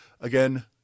again